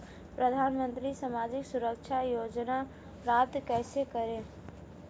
प्रधानमंत्री सामाजिक सुरक्षा योजना प्राप्त कैसे करें?